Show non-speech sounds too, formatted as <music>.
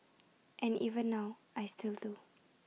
<noise> and even now I still do